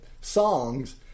songs